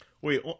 Wait